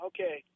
Okay